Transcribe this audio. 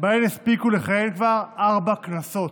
שבהן הספיקו לכהן כבר ארבע כנסות.